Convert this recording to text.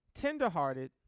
tenderhearted